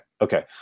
Okay